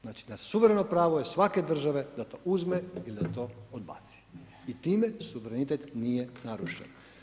Znači da suvereno pravo je svake države da to uzme i da to odbaci i time suverenitet nije narušen.